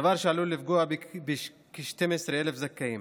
דבר שעלול לפגוע בכ-12,000 זכאים,